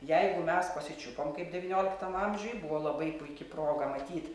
jeigu mes pasičiupom kaip devynioliktam amžiuj buvo labai puiki proga matyt